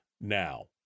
now